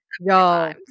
Y'all